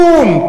קום,